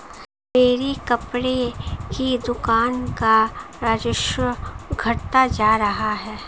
मेरी कपड़े की दुकान का राजस्व घटता जा रहा है